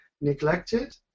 neglected